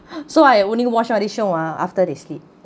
so I only watch out this show ah after they sleep